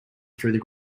through